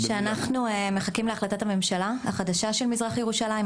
אנחנו מחכים להחלטת הממשלה החדשה שבנוגע למזרח ירושלים,